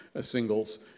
singles